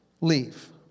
leave